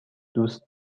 دوست